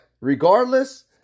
regardless